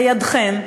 בידכם,